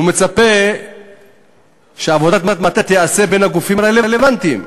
הוא מצפה שעבודת המטה תיעשה בין הגופים הרלוונטיים,